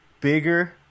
bigger